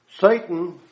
Satan